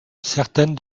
certaines